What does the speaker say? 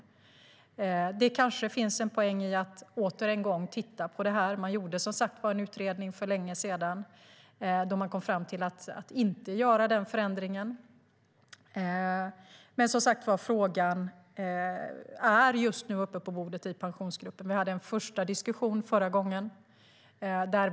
Det kanske finns en poäng i att återigen titta på detta. Man gjorde som sagt en utredning för länge sedan, där man kom fram till att inte göra den förändringen. Men frågan är just nu uppe i Pensionsgruppen. Vi hade en första diskussion om detta förra gången.